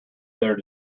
their